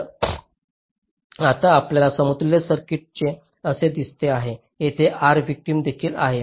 तर आता आपल्या समतुल्य सर्किटचे असे दिसते आहे येथे R व्हिक्टिम देखील आहे